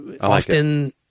often